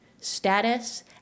status